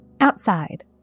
Outside